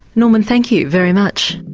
norman, thank you very much.